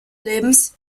lebens